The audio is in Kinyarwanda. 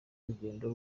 urugendo